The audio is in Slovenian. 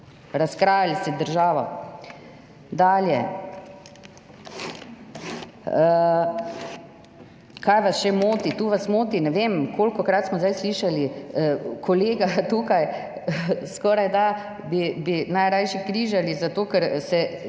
Razkrajali ste državo. Dalje. Kaj vas še moti? Tu vas moti, ne vem, kolikokrat smo zdaj slišali kolega tukaj, skorajda bi najrajši križali, zato ker